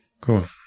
Cool